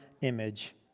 image